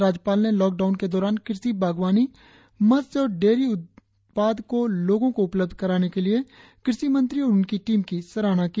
राज्यपाल ने लॉकडाउन के दौरान कृषि बागवानी मत्स्य और डेयरी उत्पाद को लोगों को उपलब्ध कराने के लिए कृषि मंत्री और उनकी टीम की सराहना की